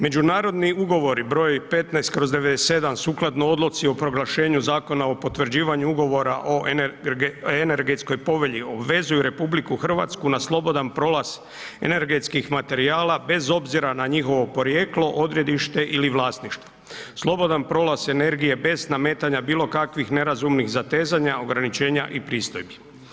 Međunarodni ugovori br. 15/97 sukladno Odluci o proglašenju Zakona o potvrđivanju ugovora o energetskoj povelji obvezuju RH na slobodan prolaz energetskih materijala bez obzira na njihovo porijeklo, odredište ili vlasništvo slobodan prolaz energije bez nametanja bilo kakvih nerazumnih zatezanja, ograničenja i pristojbu.